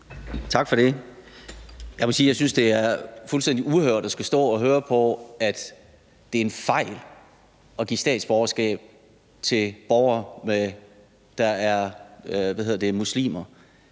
sige, at jeg synes, det er fuldstændig uhørt at skulle stå og høre på, at det er en fejl at give statsborgerskab til borgere, der er muslimer,